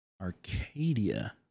Arcadia